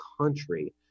country